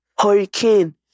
hurricane